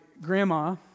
grandma